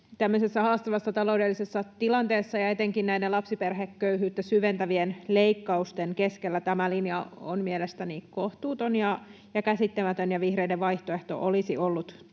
haastavassa taloudellisessa tilanteessa ja etenkin näiden lapsiperheköyhyyttä syventävien leikkausten keskellä tämä linja on mielestäni kohtuuton ja käsittämätön, ja vihreiden vaihtoehto olisi ollut